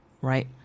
right